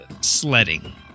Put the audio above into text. sledding